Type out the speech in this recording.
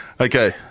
Okay